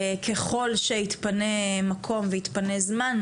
ככול שיתפנה מקום ויתפנה זמן,